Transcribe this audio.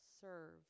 serve